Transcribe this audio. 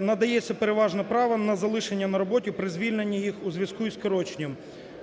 надається переважне право на залишення на роботі при звільненні них у зв'язку із скороченням.